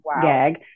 gag